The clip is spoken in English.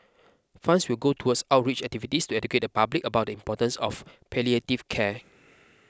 funds will go towards outreach activities to educate the public about the importance of palliative care